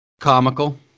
Comical